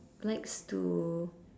likes to